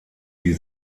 die